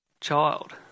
child